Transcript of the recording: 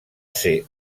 ser